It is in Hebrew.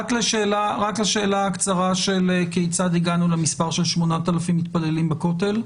רק לשאלה הקצרה כיצד הגענו למספר של 8,000 אנשים בכותל,